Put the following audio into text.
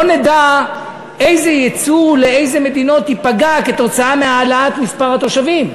ולא נדע איזה יצוא לאילו מדינות ייפגע כתוצאה מהעלאת מספר התושבים.